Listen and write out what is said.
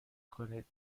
کنید